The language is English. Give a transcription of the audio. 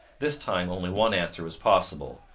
this time only one answer was possible,